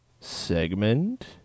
segment